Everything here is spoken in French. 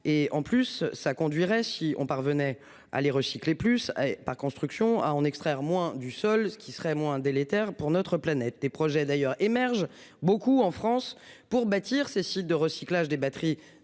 Et en plus ça conduirait si on parvenait à les recycler plus par construction à en extraire moins du sol, ce qui serait moins délétères pour notre planète. Des projets d'ailleurs émerge beaucoup en France pour bâtir Cécile de recyclage des batteries